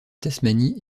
tasmanie